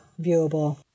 viewable